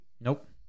Nope